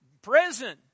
Prison